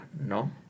No